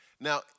Now